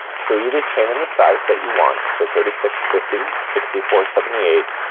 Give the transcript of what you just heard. so either chain in the size that you want so thirty six, fifty, sixty four, seventy eight,